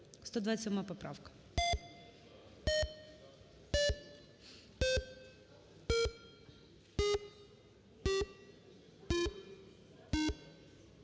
127 поправка.